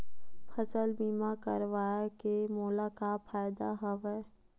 फसल बीमा करवाय के मोला का फ़ायदा हवय?